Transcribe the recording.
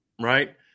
right